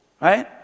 Right